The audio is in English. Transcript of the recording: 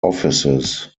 offices